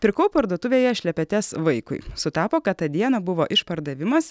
pirkau parduotuvėje šlepetes vaikui sutapo kad tą dieną buvo išpardavimas